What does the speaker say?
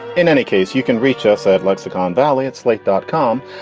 in any case, you can reach us at lexicon valley at slate dot com.